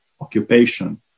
occupation